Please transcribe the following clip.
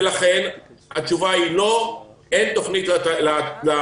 לכן התשובה היא: לא, אין תוכנית למלונאות,